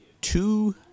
two